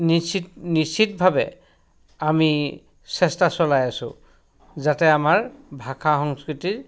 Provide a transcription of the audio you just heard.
নিশ্চিত নিশ্চিতভাৱে আমি চেষ্টা চলাই আছোঁ যাতে আমাৰ ভাষা সংস্কৃতিৰ